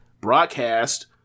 broadcast